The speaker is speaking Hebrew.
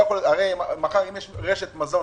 הרי אם מחר רשת מזון